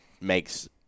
makes